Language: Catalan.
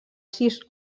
sis